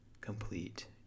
complete